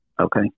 okay